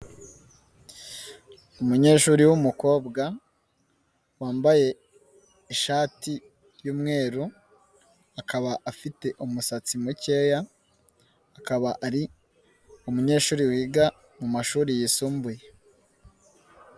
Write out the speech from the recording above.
Umunyeshuri wumukobwa wambaye ishati y'umweru akaba afite umusatsi mukeya, akaba ari umunyeshuri wiga mu mashuri yisumbuye.